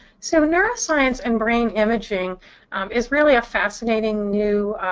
so neuroscience and brain imaging is really a fascinating new